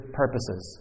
purposes